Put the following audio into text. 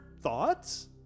thoughts